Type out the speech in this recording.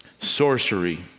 sorcery